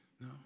No